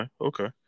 Okay